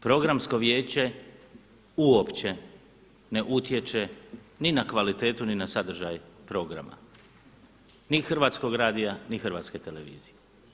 Programsko vijeće uopće ne utječe ni na kvalitetu, ni na sadržaj programa ni Hrvatskog radija, ni Hrvatske televizije.